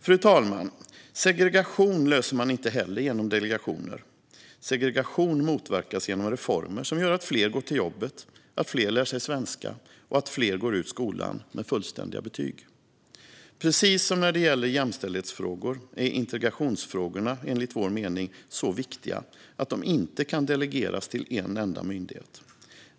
Fru talman! Segregation löser man inte heller genom delegationer. Segregation motverkas genom reformer som gör att fler går till jobbet, att fler lär sig svenska och att fler går ut skolan med fullständiga betyg. Precis som när det gäller jämställdhetsfrågor är integrationsfrågorna, enligt vår mening, så viktiga att de inte kan delegeras till en enda myndighet.